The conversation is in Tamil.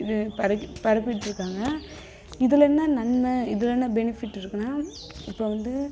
இது பரப்பி பரப்பிட்டுருக்காங்க இதில் என்ன நன்மை இதில் என்ன பெனிஃபிட் இருக்குதுனா இப்போ வந்து